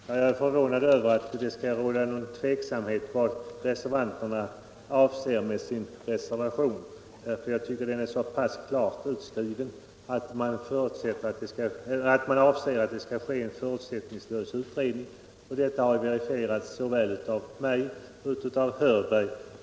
Fru talman! Jag är förvånad över att det kan råda någon tvekan om vad reservanterna avser med sin reservation. Det är klart utsagt att vi avser att det skall göras en förutsättningslös utredning, och detta har verifierats såväl av mig som av herr Hörberg.